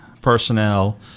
personnel